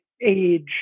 age